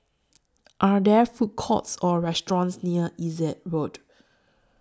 Are There Food Courts Or restaurants near Essex Road